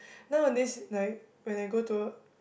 nowadays like when I go to a